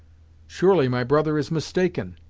surely my brother is mistaken.